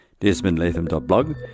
desmondlatham.blog